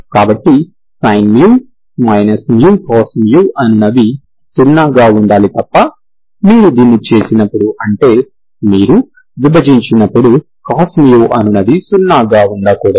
కాబట్టి sin μ cos అనునది 0 గా ఉండాలి తప్ప మీరు దీన్ని చేసినప్పుడు అంటే మీరు విభజించినప్పుడు cos అనునది 0 గా ఉండకూడదు